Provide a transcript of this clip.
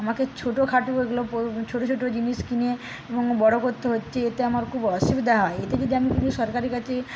আমাকে ছোটখাটো এগুলো ছোট ছোট জিনিস কিনে বড়ো করতে হচ্ছে এতে আমার খুব অসুবিধা হয় এতে যদি আমি পুরো সরকারের কাছে